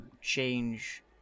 change